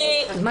לא.